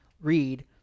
read